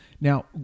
Now